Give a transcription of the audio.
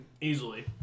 Easily